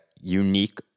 unique